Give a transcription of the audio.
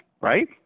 right